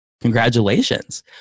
congratulations